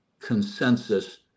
consensus